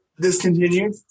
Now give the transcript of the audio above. discontinued